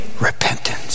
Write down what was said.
repentance